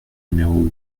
numéro